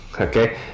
Okay